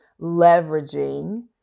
leveraging